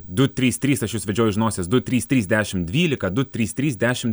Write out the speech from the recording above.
du trys trys aš jus vedžioju už nosies du trys trys dešim dvylika du trys trys dešim